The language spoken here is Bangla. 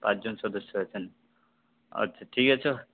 পাঁচ জন সদস্য আছেন আচ্ছা ঠিক আছে